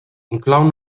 inclou